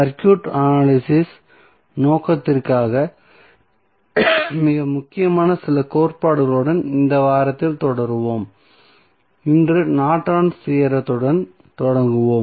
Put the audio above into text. circuit analysis நோக்கத்திற்காக மிக முக்கியமான சில கோட்பாடுகளுடன் இந்த வாரத்தில் தொடருவோம் இன்று நார்டன்ஸ் தியோரத்துடன் Nortons Theorem தொடங்குவோம்